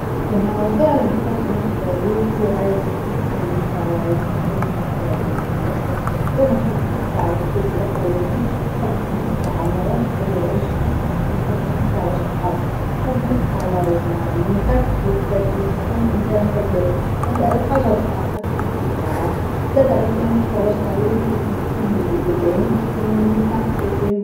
ما هو فعلا نحب نحكي ليه ياعايشة نحب ديما نحكي على شختم فخورة بيهم عالآخر زائد نحب نحكي على الكتب لي قرايتهم نحب نحكي على المواقف لي عشتها ونحب نحكي على صحابي نحب نحكي على النكت تفات ليك خاطرنى إنسانة فدلاك أي حاجة تضحك نحب نحكي عليها زادا الأفلام تفرجت عليهم نحب نحكيهم للي قدامي ونتناقشو فيه.